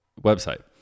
website